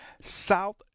South